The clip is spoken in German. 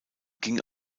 ging